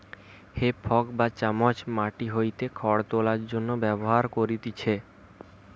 হে fork বা চামচ মাটি হইতে খড় তোলার জন্য ব্যবহার করতিছে